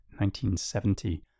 1970